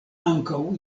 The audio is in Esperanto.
ankaŭ